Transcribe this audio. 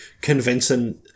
convincing